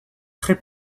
très